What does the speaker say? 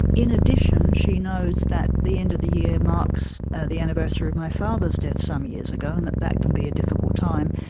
in addition, she knows that the end of the year marks the anniversary of my father's death some years ago and that that can be a difficult time,